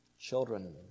children